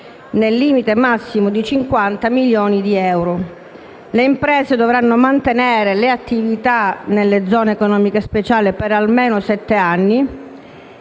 nel limite massimo di 50 milioni di euro. Le imprese dovranno mantenere le attività nelle Zone economiche speciali per almeno sette anni